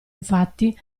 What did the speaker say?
infatti